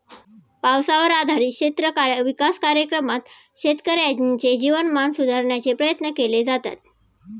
पावसावर आधारित क्षेत्र विकास कार्यक्रमात शेतकऱ्यांचे जीवनमान सुधारण्याचे प्रयत्न केले जातात